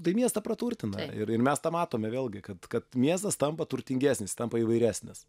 tai miestą praturtina ir ir mes tą matome vėlgi kad kad miestas tampa turtingesnis tampa įvairesnis